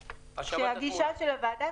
הגישה של הוועדה,